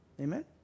Amen